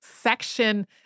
section